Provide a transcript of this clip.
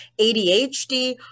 ADHD